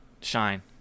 shine